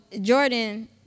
Jordan